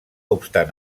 obstant